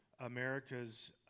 America's